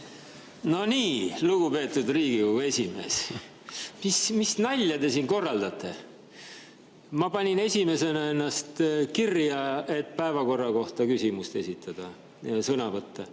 No nii, lugupeetud Riigikogu esimees! Mis nalja te siin korraldate? Ma panin esimesena ennast kirja, et päevakorra kohta küsimust esitada ja sõna võtta.